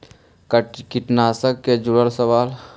कीटनाशक से जुड़ल सवाल?